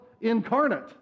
incarnate